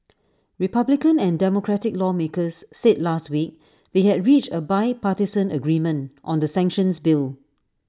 republican and democratic lawmakers said last week they had reached A bipartisan agreement on the sanctions bill